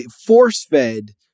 force-fed